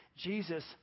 Jesus